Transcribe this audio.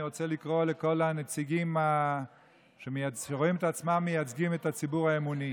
אני רוצה לקרוא לכל הנציגים שרואים את עצמם מייצגים את הציבור האמוני.